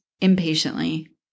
impatiently